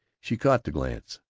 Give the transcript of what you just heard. she caught the glance,